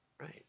Right